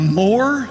more